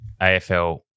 AFL